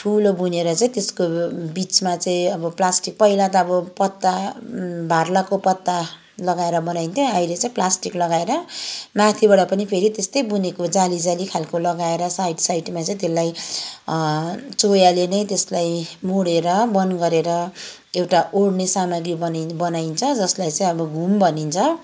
ठुलो बुनेर चाहिँ त्यसको बिचमा चाहिँ अब प्लास्टिक पहिला त अब पता भार्लाको पता लगाएर बनाइन्थ्यो अहिले चाहिँ प्लास्टिक लगाएर माथिबाट पनि त्यस्तै बुनेको जाली जाली खालको लगाएर साइड साइडमा चाहिँ त्यसलाई चोयाले नै त्यसलाई मोडर बन्द गरेर एउटा ओढ्ने सामाग्री बनिन् बनाइन्छ जसलाई चाहिँ अब घुम भनिन्छ